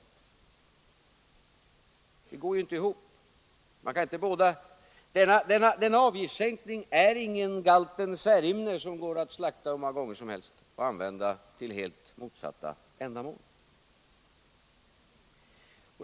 Men det går inte ihop. Denna avgift är inte någon galten Särimner, som går att slakta hur många gånger som helst och använda till helt motsatta ändamål.